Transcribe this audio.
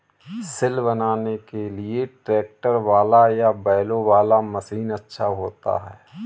सिल बनाने के लिए ट्रैक्टर वाला या बैलों वाला मशीन अच्छा होता है?